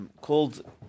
called